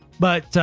but,